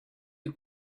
you